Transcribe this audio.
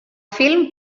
film